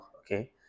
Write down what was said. Okay